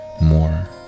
more